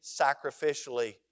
sacrificially